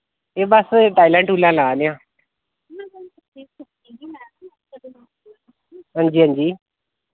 एह् बस टाइलां टुइलां ला दे आं हां जी हां जी